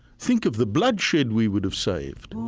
think of the bloodshed we would have saved.